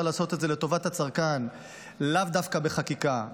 לעשות את זה לטובת הצרכן לאו דווקא בחקיקה,